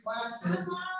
classes